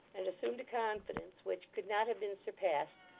and assumed a confidence which could not have been surpassed,